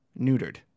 neutered